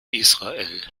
israel